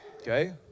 Okay